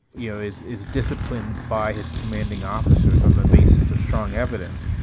you know, is is disciplined by his commanding officers on the basis of strong evidence.